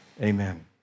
Amen